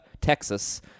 Texas